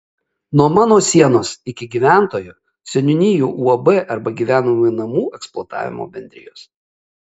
nuo namo sienos iki gyventojo seniūnijų uab arba gyvenamųjų namų eksploatavimo bendrijos